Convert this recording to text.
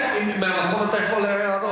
מהמקום אתה יכול להעיר הערות.